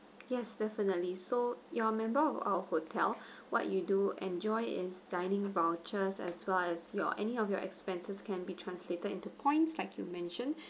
yes definitely so you're a member of our hotel what you do enjoy is dining vouchers as well as your any of your expenses can be translated into points like you mentioned